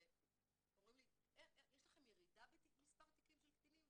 אומרים לי: יש לכם ירידה במספר תיקים של קטינים